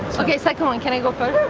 okay, second one, can i go